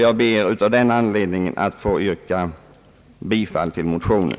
Jag ber av den anledningen ait få yrka bifall till motionen.